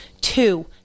Two